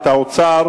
את האוצר,